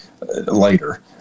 later